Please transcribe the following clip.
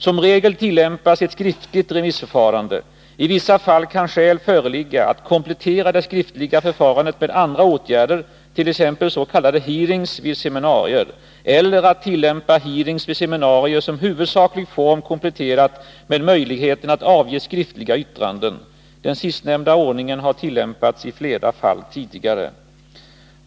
Som regel tillämpas ett skriftligt remissförfarande. I vissa fall kan skäl föreligga att komplettera det skriftliga förfarandet med andra åtgärder, t.ex. s.k. hearings vid seminarier, eller att tillämpa hearings vid seminarier som huvudsaklig form kompletterat med möjligheten att avge skriftliga yttranden. Den sistnämnda ordningen har tillämpats i flera fall tidigare.